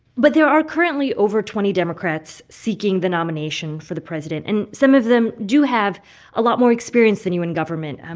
but there are currently over twenty democrats seeking the nomination for the president, and some of them do have a lot more experience than you in government. um